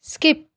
skip